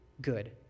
good